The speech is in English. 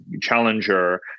challenger